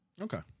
Okay